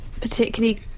particularly